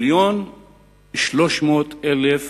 מיליון ו-300,000